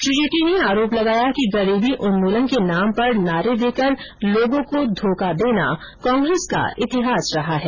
श्री जेटली ने आरोप लगाया कि गरीबी उन्मूलन के नाम पर नारे देकर लोगों को धोखा देना कांग्रेस का इतिहास रहा है